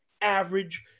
average